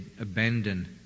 abandon